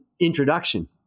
introduction